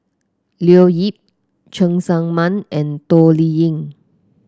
Leo Yip Cheng Tsang Man and Toh Liying